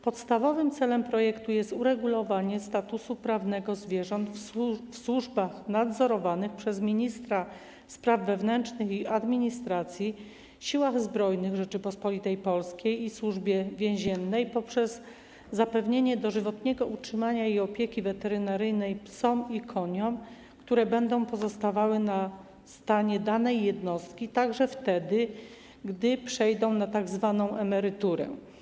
Podstawowym celem projektu jest uregulowanie statusu prawnego zwierząt w służbach nadzorowanych przez ministra spraw wewnętrznych i administracji, Siłach Zbrojnych Rzeczypospolitej Polskiej i Służbie Więziennej poprzez zapewnienie dożywotniego utrzymania i opieki weterynaryjnej psom i koniom, które będą pozostawały na stanie danej jednostki także wtedy, gdy przejdą na tzw. emeryturę.